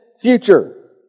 future